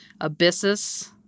Abyssus